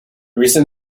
recent